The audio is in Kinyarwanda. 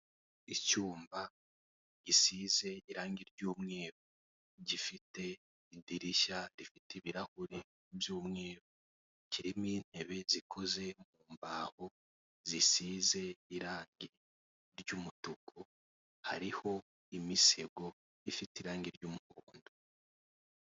Icyumba gisize irangi ry'umweru, gifite idirishya rifite ibirahuri by'umweru, kirimo intebe zikoze mu mbaho zisize irangi ry'umutuku, hariho imisego ifite irangi ry'umuhondo.